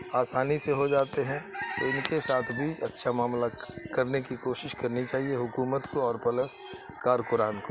آسانی سے ہو جاتے ہیں ان کے ساتھ بھی اچھا معاملہ کرنے کی کوشش کرنی چاہیے حکومت کو اور پلس کارکنان کو